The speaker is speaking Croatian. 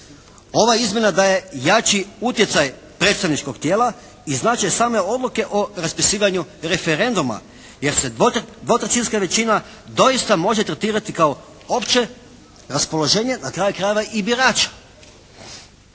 ova izmjena daje jači utjecaj predstavničkog tijela i znači same odluke o raspisivanju referenduma. Jer se dvotrećinska većina doista može tretirati kao opće raspoloženje, na kraju krajeva i birača.